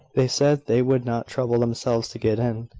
they said they would not trouble themselves to get in,